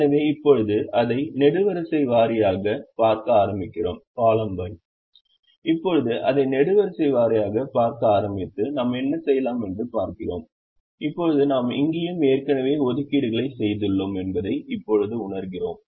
எனவே இப்போது அதை நெடுவரிசை வாரியாகப் பார்க்க ஆரம்பிக்கிறோம் இப்போது அதை நெடுவரிசை வாரியாகப் பார்க்க ஆரம்பித்து நாம் என்ன செய்யலாம் என்று பார்க்கிறோம் இப்போது நாம் இங்கேயும் ஏற்கனவே ஒதுக்கீடு களைச் செய்துள்ளோம் என்பதை இப்போது உணர்கிறோம்